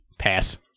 Pass